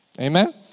Amen